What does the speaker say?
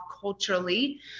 culturally